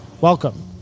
Welcome